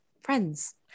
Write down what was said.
friends